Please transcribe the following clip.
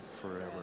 forever